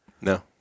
no